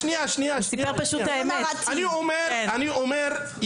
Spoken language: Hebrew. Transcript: אני אומר,